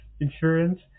insurance